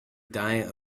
diet